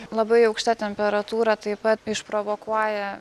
labai aukšta temperatūra taip pat išprovokuoja